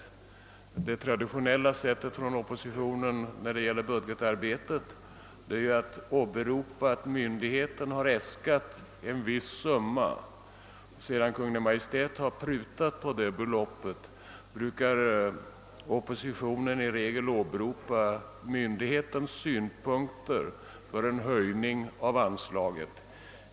Oppositionens traditionella sätt att upp träda i budgetarbetet är ju följande. När vederbörande myndighet har äskat en viss summa, vilken Kungl. Maj:t har prutat på, brukar oppositionen i regel åberopa myndighetens synpunkter för en höjning av anslaget.